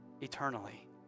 eternally